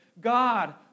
God